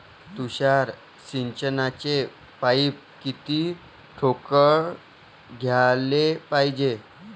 तुषार सिंचनाचे पाइप किती ठोकळ घ्याले पायजे?